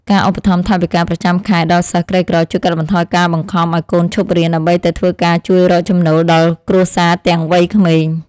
ការឧបត្ថម្ភថវិកាប្រចាំខែដល់សិស្សក្រីក្រជួយកាត់បន្ថយការបង្ខំឱ្យកូនឈប់រៀនដើម្បីទៅធ្វើការជួយរកចំណូលដល់គ្រួសារទាំងវ័យក្មេង។